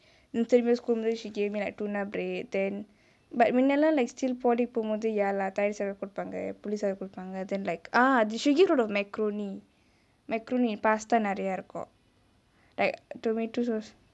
திரும்பியும்:tirumbiyum school முடிஞ்சு:mudinju she give me like tuna bread then but மின்னேளா:minnaelaa still polytechnic போமோது:pomothu ya lah தயிறு சாதம் கொடுப்பாங்கே புளி சாதம் கொடுப்பாங்கே:tayiru saatham kodupangae puli saatham kodupangae then like ah she give a lot of macaroni macaroni and pasta நிறையா இருக்கோ:niraiyaa irukko like tomatoes also